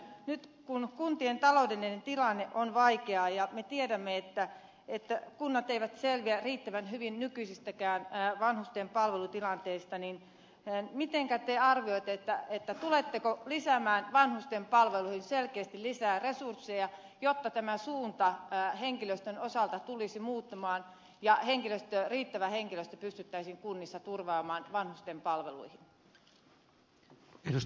kun nyt kuntien taloudellinen tilanne on vaikea ja me tiedämme että kunnat eivät selviä riittävän hyvin nykyisistäkään vanhusten palvelutilanteista niin mitenkä te arvioitte tuletteko lisäämään vanhustenpalveluihin selkeästi resursseja jotta tämä suunta henkilöstön osalta tulisi muuttumaan ja riittävä henkilöstö pystyttäisiin kunnissa turvaamaan vanhustenpalveluihin